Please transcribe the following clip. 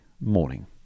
morning